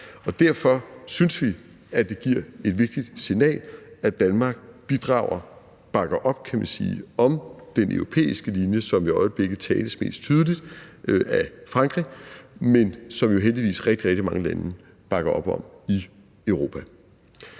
Derfor synes vi, at det giver et vigtigt signal, at Danmark bidrager til og bakker op, kan man sige, om den europæiske linje, som i øjeblikket tales mest tydeligt af Frankrig, men som jo heldigvis rigtig, rigtig mange lande i Europa